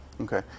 Okay